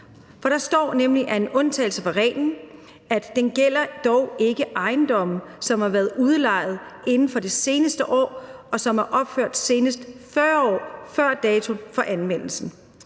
Der er nemlig en undtagelse fra reglen, for der står, at det ikke gælder ejendomme, som har været udlejet inden for det seneste år, og som er opført senest 40 år før dato for anmeldelsen.